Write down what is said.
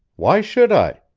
why should i?